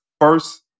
first